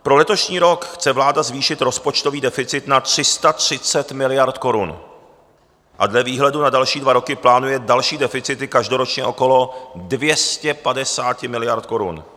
Pro letošní rok chce vláda zvýšit rozpočtový deficit na 330 miliard korun a dle výhledu na další dva roky plánuje další deficity každoročně okolo 250 miliard korun.